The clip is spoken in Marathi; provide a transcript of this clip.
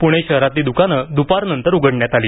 प्णे शहरातली द्कानं द्पारनंतर उघडण्यात आली